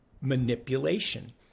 manipulation